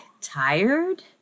tired